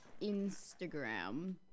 Instagram